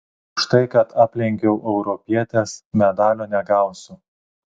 už tai kad aplenkiau europietes medalio negausiu